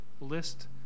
list